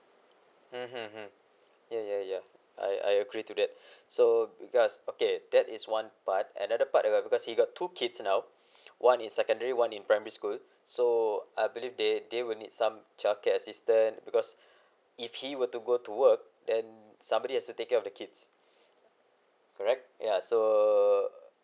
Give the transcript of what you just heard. mm mm mm yeah yeah yeah I I agree to that so because okay that is one part another part uh because he got two kids now one in secondary one in primary school so I believe they they will need some childcare assistant because if he were to go to work then somebody has to take care of the kids alright ya so